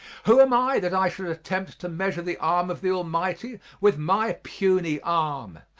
who am i that i should attempt to measure the arm of the almighty with my puny arm,